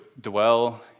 dwell